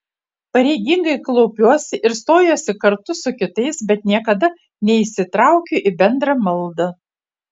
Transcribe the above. pareigingai klaupiuosi ir stojuosi kartu su kitais bet niekada neįsitraukiu į bendrą maldą